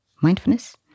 mindfulness